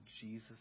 Jesus